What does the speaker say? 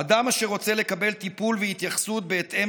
אדם אשר רוצה לקבל טיפול והתייחסות בהתאם